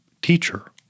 Teacher